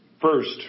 First